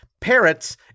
parrots